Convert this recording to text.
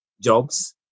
jobs